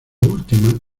última